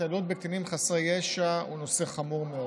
התעללות בקטינים חסרי ישע הוא חמור מאוד.